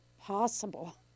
possible